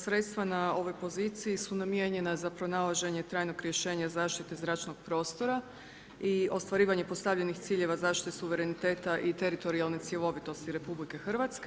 Sredstva na ovoj poziciji su namijenjena za pronalaženje trajnog rješenja zaštite zračnog prostora i ostvarivanje postavljenih ciljeva zaštite suvereniteta i teritorijalne cjelovitosti RH.